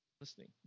listening